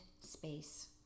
space